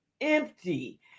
empty